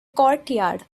courtyard